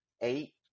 eight